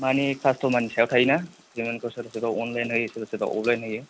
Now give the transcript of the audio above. मानि काष्ट'मारनि सायाव थायोना पेमेनतखौ सोरबा सोरबा अनलाइन होयो सोरबा सोरबा अफलाइन होयो